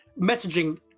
messaging